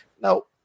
No